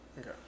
Okay